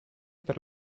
per